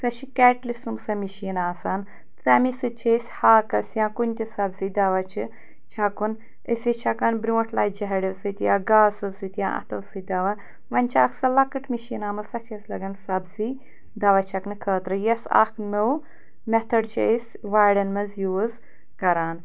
سۄ چھِ کٮ۪ٹلہِ سُنٛمب سۄ مِشیٖن آسان تَمی سۭتۍ چھِ أسۍ ہاکَس یا کُنہِ تہِ سبزی دوا چھِ چھَکُن أسۍ ٲسۍ چھَکان برٛونٛٹھ لَسجہِ ہَڑیو سۭتۍ یا گاسو سۭتۍ یا اَتھو سۭتۍ دوا وۄنۍ چھِ اَکھ سۄ لۄکٕٹ مِشیٖن آمٕژ سۄ چھِ اَسہِ لَگَان سبزی دوا چھَکنہٕ خٲطرٕ یۄس اَکھ نٔو مٮ۪تھٲڈ چھِ أسۍ وارٮ۪ن منٛز یوٗز کَران